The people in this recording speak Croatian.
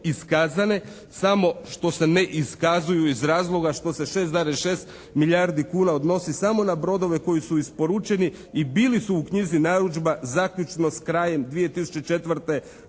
iskazane samo što se ne iskazuju iz razloga što se 6,6 milijardi kuna odnosi samo na brodove koji su isporučeni i bili su u knjizi narudžba zaključno s krajem 2004. godine.